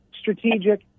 strategic